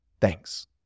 Thanks